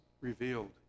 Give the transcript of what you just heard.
revealed